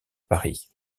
paris